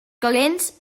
calents